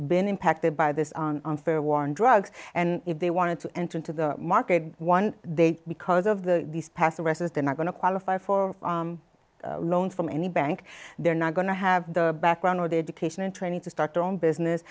been impacted by this unfair war on drugs and if they wanted to enter into the market one they because of the these past the rest of them are going to qualify for a loan from any bank they're not going to have the background or the education and training to start their own business